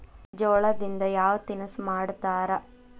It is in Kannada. ಜೋಳದಿಂದ ಯಾವ ತಿನಸು ಮಾಡತಾರ?